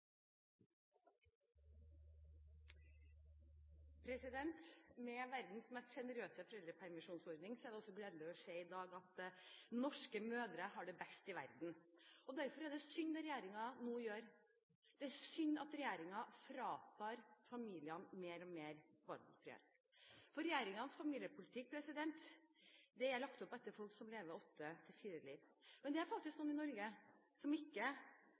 også gledelig å se i dag at norske mødre har det best i verden. Derfor er det synd det regjeringen nå gjør, det er synd at regjeringen mer og mer fratar familiene valgfrihet. For regjeringens familiepolitikk er lagt opp etter folk som lever 8 til 16-liv. Men det er faktisk noen fedre i Norge som ikke